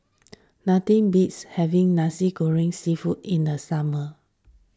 nothing beats having Nasi Goreng Seafood in the summer